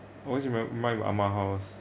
always remem~ remind of ah-ma house